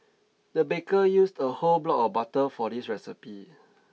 the baker used a whole block of butter for this recipe